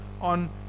on